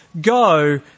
go